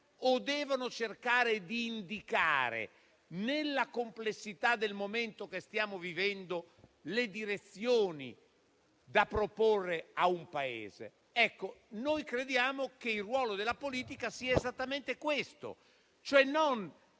o cercare di indicare, nella complessità del momento che stiamo vivendo, le direzioni da proporre a un Paese? Noi crediamo che il ruolo della politica sia esattamente questo, cioè non